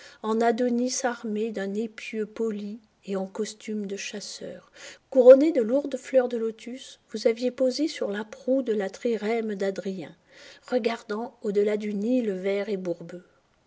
en adonis armé d'un épieu poli et en costume de chasseur couronné de lourdes fleurs de lotus vous aviez posé sur la proue de la trirème d'adrien regardant au delà du nil vert et bourbeux